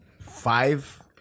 five